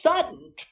sudden